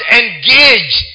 engage